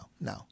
no